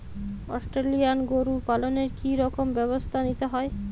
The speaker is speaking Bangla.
অস্ট্রেলিয়ান গরু পালনে কি রকম ব্যবস্থা নিতে হয়?